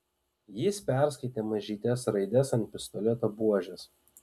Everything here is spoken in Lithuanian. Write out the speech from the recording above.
jis perskaitė mažytes raides ant pistoleto buožės